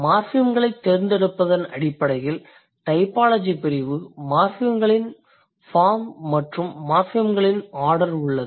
மார்ஃபிம்களைத் தேர்ந்தெடுப்பதன் அடிப்படையில் டைபாலஜி பிரிவு மார்ஃபிம்களின் ஃபார்ம் மற்றும் மார்ஃபிம்களின் ஆர்டர் உள்ளது